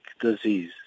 disease